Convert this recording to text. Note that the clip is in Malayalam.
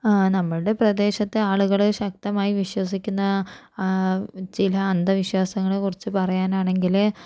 നമ്മുടെ പ്രദേശത്തെ ആളുകള് ശക്തമായി വിശ്വസിക്കുന്ന ചില അന്ധവിശ്വാസങ്ങളെ കുറിച്ച് പറയാനാണെങ്കില്